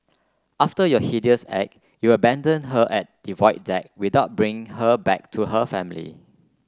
after your heinous act you abandoned her at the Void Deck without bringing her back to her family